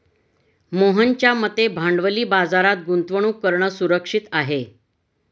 मोहनच्या मते भांडवली बाजारात गुंतवणूक करणं सुरक्षित आहे